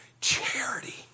charity